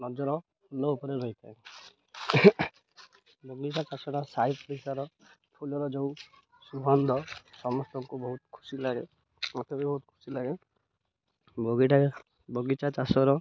ନଜର ଫୁଲ ଉପରେ ରହିଥାଏ ବଗିଚା ଚାଷଟା ସହି ପଡ଼ିଶାର ଫୁଲର ଯେଉଁ ସୁଗନ୍ଧ ସମସ୍ତଙ୍କୁ ବହୁତ ଖୁସି ଲାଗେ ମୋତେ ବି ବହୁତ ଖୁସି ଲାଗେ ବଗିଚା ବଗିଚା ଚାଷର